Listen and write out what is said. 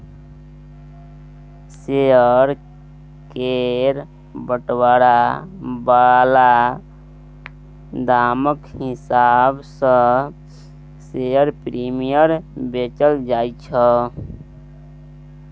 share केर बंटवारा बला दामक हिसाब सँ शेयर प्रीमियम बेचल जाय छै